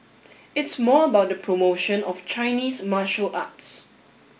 it's more about the promotion of Chinese martial arts